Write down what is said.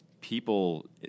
people –